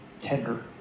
tender